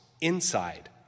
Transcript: inside